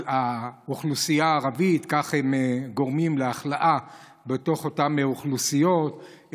האוכלוסייה הערבית וכך הם גורמים לחולי בתוך אותן אוכלוסיות,